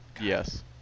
Yes